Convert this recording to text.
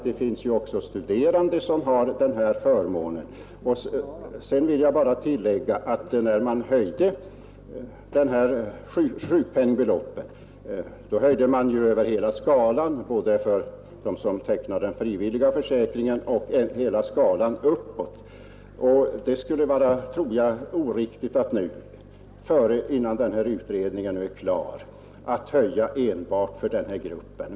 Det finns ju också studerande som har den här förmånen. Dessutom vill jag bara tillägga att man, när man höjde sjukpenningbeloppet, också höjde över hela skalan, även för dem som tecknade den frivilliga försäkringen. Det skulle då vara oriktigt att nu, innan utredningen är klar, höja enbart för den här gruppen.